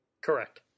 Correct